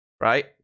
right